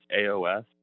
AOS